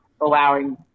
allowing